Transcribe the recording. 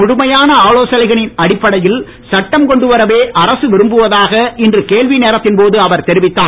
முழுமையான ஆலோசனைகளின் அடிப்படையில் சட்டம் கொண்டுவரவே அரசு விரும்புவதாக இன்று கேள்வி நேரத்தின் போது அவர் தெரிவித்தார்